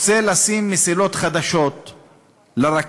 רוצה לשים מסילות חדשות לרכבת,